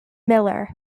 miller